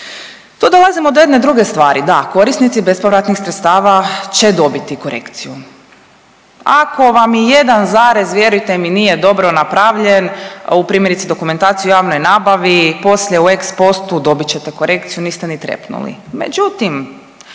Tu dolazimo do jedne druge stvari, da, korisnici bespovratnih sredstava će dobiti korekciju, ako vam i jedan zarez, vjerujte mi, nije dobro napravljen, u primjerice, dokumentaciji o javnoj nabavi, poslije u ex postu, dobit ćete korekciju, niste ni trepnuli.